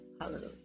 Hallelujah